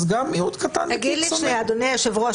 גם מיעוט קטן וקיצוני --- אדוני היושב-ראש,